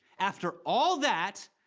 after all that,